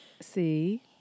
See